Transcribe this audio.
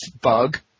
Bug